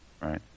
right